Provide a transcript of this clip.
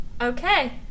okay